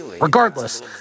Regardless